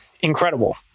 incredible